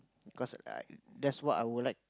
cause I that's what I would like